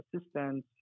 assistance